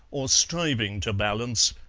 or striving to balance,